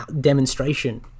demonstration